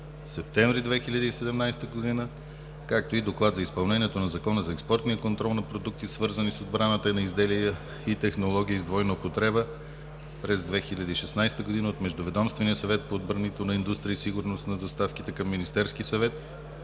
септември 2017 г. Доклад за изпълнението на Закона за експортния контрол на продукти, свързани с отбраната, и на изделия и технологии с двойна употреба през 2016 г. от Междуведомствения съвет по отбранителна индустрия и сигурност на доставките към Министерския съвет.